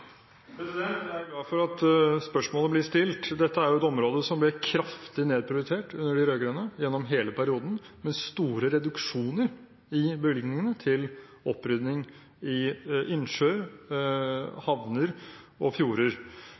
Jeg er glad for at spørsmålet blir stilt. Dette er et område som ble kraftig nedprioritert under de rød-grønne gjennom hele perioden, med store reduksjoner i bevilgningene til opprydding i innsjø, havner og fjorder.